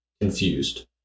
confused